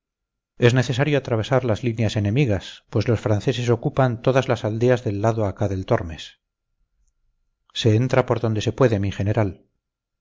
es necesario atravesar las líneas enemigas pues los franceses ocupan todas las aldeas del lado acá del tormes se entra por donde se puede mi general